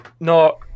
No